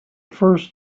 first